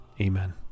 Amen